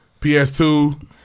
PS2